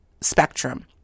spectrum